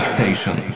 Station